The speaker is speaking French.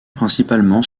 principalement